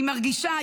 היא מרגישה,